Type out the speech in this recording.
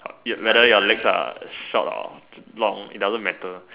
is whether your legs are short or long it doesn't matter